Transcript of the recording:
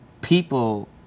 People